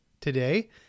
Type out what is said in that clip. today